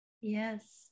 Yes